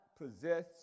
possess